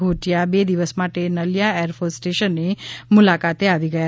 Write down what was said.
ઘોટિયા બે દિવસ માટે નલિયા એરફોર્સ સ્ટેશનની મુલાકાતે આવી ગયા